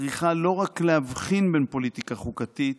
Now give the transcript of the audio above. צריכה לא רק להבחין בין פוליטיקה חוקתית